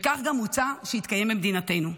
וכך גם מוצע שיתקיים במדינתנו.